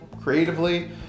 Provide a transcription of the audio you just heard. creatively